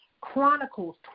Chronicles